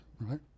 right